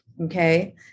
Okay